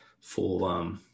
full